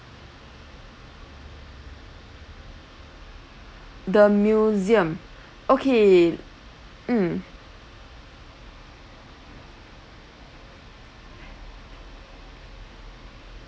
the museum okay mm